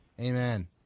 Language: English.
Amen